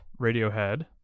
Radiohead